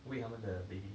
喂他们的 baby